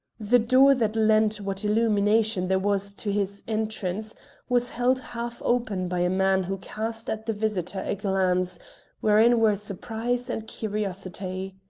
the door that lent what illumination there was to his entrance was held half open by a man who cast at the visitor a glance wherein were surprise and curiosity.